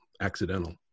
accidental